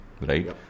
right